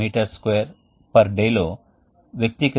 mass flow rate మొత్తం సర్క్యూట్కు సమానంగా ఉంటుంది